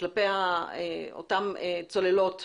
כלפי אותן צוללות.